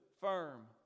firm